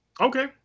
Okay